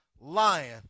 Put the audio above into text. lying